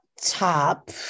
top